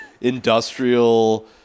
industrial